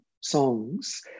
songs